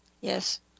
Yes